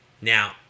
Now